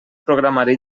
programari